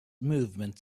movement